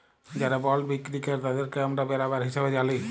যারা বল্ড বিক্কিরি কেরতাদেরকে আমরা বেরাবার হিসাবে জালি